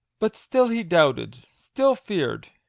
but still he doubted still feared.